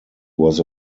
was